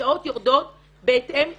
--- השעות יורדות בהתאם לאדם,